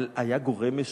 אבל היה גורם משותף: